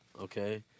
okay